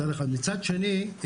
מצד שני,